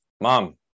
Mom